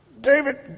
David